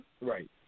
right